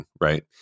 right